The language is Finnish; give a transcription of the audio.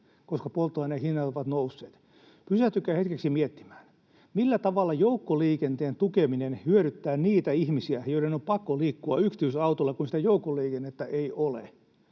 koska polttoaineen hinnat ovat nousseet. Pysähtykää hetkeksi miettimään, millä tavalla joukkoliikenteen tukeminen hyödyttää niitä ihmisiä, joiden on pakko liikkua yksityisautolla, kun sitä joukkoliikennettä ei ole.